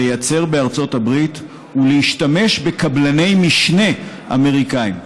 לייצר בארצות הברית ולהשתמש בקבלני משנה אמריקניים,